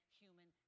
human